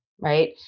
right